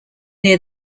near